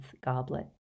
goblet